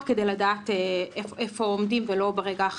כדי לדעת איפה עומדים ולא ברגע האחרון.